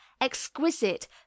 Exquisite